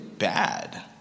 Bad